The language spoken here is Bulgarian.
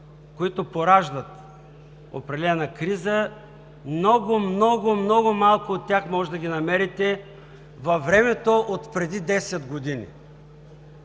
които пораждат определена криза, много, много, много малко от тях може да намерите във времето отпреди 10 години.